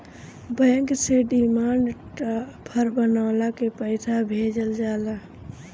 bank से demand draft बनवा के पईसा भेजल जाला